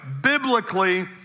biblically